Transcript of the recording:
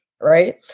right